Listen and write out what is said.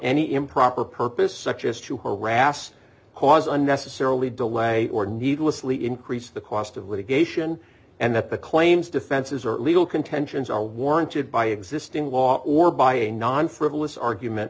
any improper purpose such as to harass cause unnecessarily delay or needlessly increase the cost of litigation and that the claims defenses are legal contentions are warranted by existing law or by a non frivolous argument